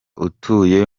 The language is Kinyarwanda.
utuye